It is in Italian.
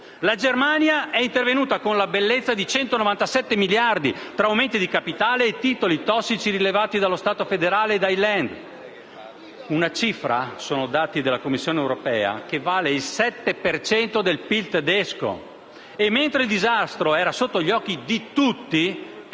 La Germania è intervenuta con la bellezza di 197 miliardi tra aumenti di capitale e titoli tossici rilevati dallo Stato federale e dai *Länder*: una cifra - sono dati della Commissione europea - che vale il 7 per cento del PIL tedesco. Mentre il disastro era sotto gli occhi di tutti